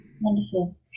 wonderful